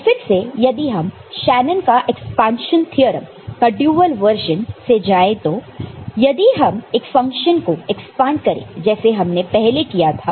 तो फिर से यदि हम शेनन का एक्सपांशन थ्योरम का ड्यूअल वर्जन से जाए तो और यदि हम फंक्शन को एक्सपांड करें जैसे हमने पहले किया था